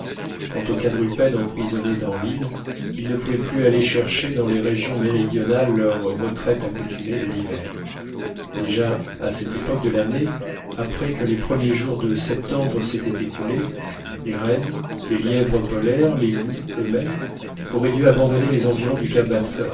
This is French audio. quant aux quadrupèdes emprisonnés dans l'île ils ne pouvaient plus aller chercher dans les régions méridionales leurs retraites accoutumées de l'hiver déjà à cette époque de l'année après que les premiers jours de septembre s'étaient écoulés les rennes les lièvres polaires les loups eux-mêmes auraient dû abandonner les environs du